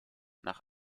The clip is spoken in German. nach